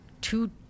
two